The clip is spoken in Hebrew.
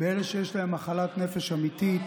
באלה שיש להם מחלת נפש אמיתית,